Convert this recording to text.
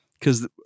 because-